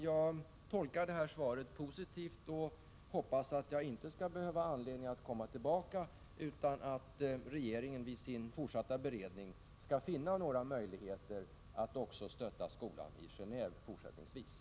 Jag tolkar svaret positivt och hoppas att jag inte skall behöva få anledning att återkomma i frågan utan att regeringen vid sin fortsatta beredning skall finna möjligheter att även fortsättningsvis stödja skolan i Genéve.